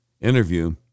interview